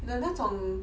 你懂那种